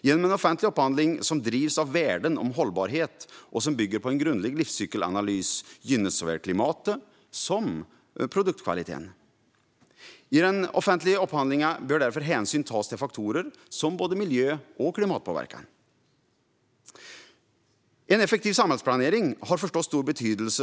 Genom en offentlig upphandling som drivs av värden om hållbarhet och bygger på en grundlig livscykelanalys gynnas såväl klimatet som produktkvaliteten. I den offentliga upphandlingen bör därför hänsyn tas till faktorer som miljö och klimatpåverkan. En effektiv samhällsplanering har förstås stor betydelse.